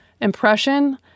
impression